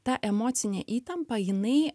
ta emocinė įtampa jinai